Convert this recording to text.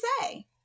say